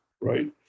right